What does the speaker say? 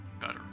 better